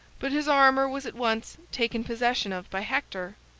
but his armor was at once taken possession of by hector,